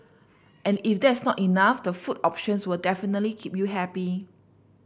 and if that's not enough the food options will definitely keep you happy